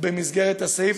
במסגרת הסעיף,